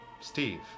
Steve